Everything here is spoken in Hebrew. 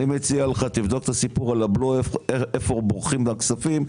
אני מציע לך תבדוק את הסיפור הבלו על איפה בורחים הכספים,